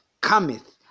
cometh